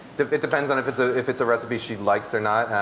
it depends on if it's ah if it's a recipe she likes or not.